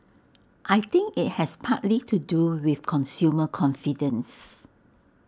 I think IT has partly to do with consumer confidence